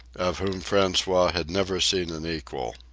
of whom francois had never seen an equal.